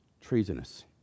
treasonous